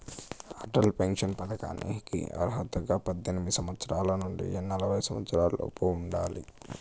Atal pension పథకానికి అర్హతగా పద్దెనిమిది సంవత్సరాల నుండి నలభై సంవత్సరాలలోపు ఉండాలి